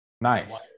nice